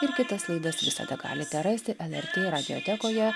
ir kitas laidas visada galite rasti lrt radiotekoje